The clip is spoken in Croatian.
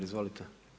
Izvolite.